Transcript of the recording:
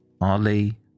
Ali